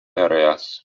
areas